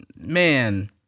Man